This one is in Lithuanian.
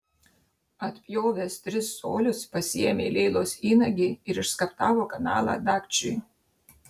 atpjovęs tris colius pasiėmė leilos įnagį ir išskaptavo kanalą dagčiui